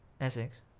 Essex